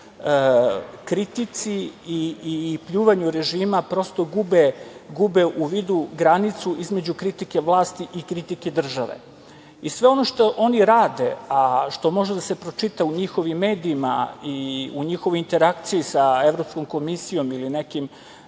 kritici i pljuvanju režima prosto gube u vidu granicu između kritike vlasti i kritike države. Sve ono što oni rade, a što može da se pročita u njihovim medijima i u njihovoj interakciji sa Evropskom komisijom ili nekim